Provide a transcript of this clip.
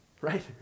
Right